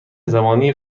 زمانی